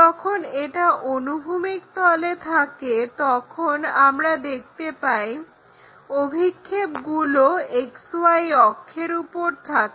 যখন এটা অনুভূমিক তলে থাকে তখন আমরা দেখতে পাই অভিক্ষেপগুলো XY অক্ষের উপর থাকে